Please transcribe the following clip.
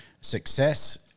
success